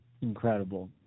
incredible